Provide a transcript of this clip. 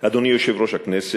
אדוני היושב-ראש,